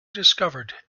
discovered